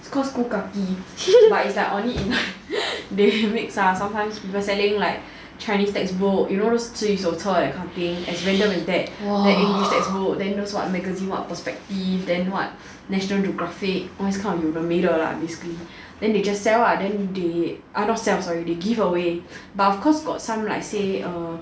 it's called school kaki like it's on it it's like they mix ah sometimes people selling like chinese textbook you know those 词语手册 that kind of thing as random as that then english textbook then those what what magazine what perspective then what national geographic all these kind 有的没的 lah